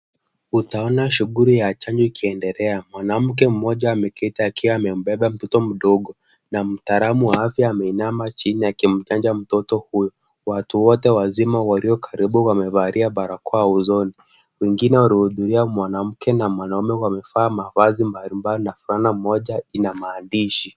Utaona shughuli ya chanjo ikiendelea. Mwanamke mmoja ameketi akiwa amembeba mtoto mdogo na mtaalamu wa afya ameinama chini akimchanja mtoto huyo. Watu wote wazima walio karibu wamevalia barakoa usoni. Wengine waliohudhuria mwanamke na mwanaume wamevaa mavazi mbalimbali na fulana moja ina maandishi.